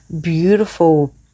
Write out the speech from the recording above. beautiful